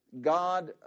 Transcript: God